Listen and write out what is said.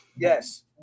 Yes